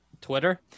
Twitter